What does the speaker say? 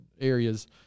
areas